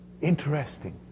interesting